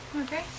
Okay